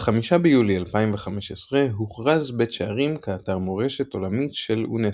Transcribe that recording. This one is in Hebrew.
ב-5 ביולי 2015 הוכרז בית שערים כאתר מורשת עולמית של אונסק"ו.